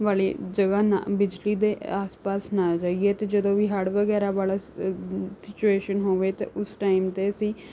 ਵਾਲੀ ਜਗ੍ਹਾ ਨਾ ਬਿਜਲੀ ਦੇ ਆਸ ਪਾਸ ਨਾ ਜਾਈਏ ਅਤੇ ਜਦੋਂ ਵੀ ਹੜ੍ਹ ਵਗੈਰਾ ਵਾਲਾ ਸਿਚੁਏਸ਼ਨ ਹੋਵੇ ਤਾਂ ਉਸ ਟਾਇਮ 'ਤੇ ਅਸੀਂ